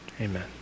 Amen